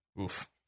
Oof